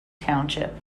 township